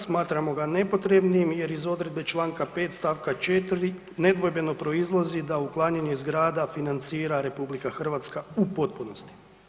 Smatramo ga nepotrebnim jer iz odredbe čl. 5. st. 4. nedvojbeno proizlazi da uklanjanje zgrada financira RH u potpunosti.